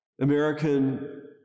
American